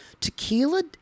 Tequila